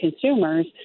consumers